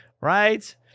Right